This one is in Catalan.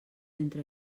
entre